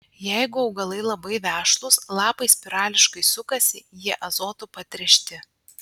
jeigu augalai labai vešlūs lapai spirališkai sukasi jie azotu patręšti